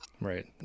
Right